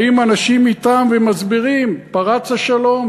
באים אנשים מטעם ומסבירים: פרץ השלום,